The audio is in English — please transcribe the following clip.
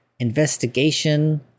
investigation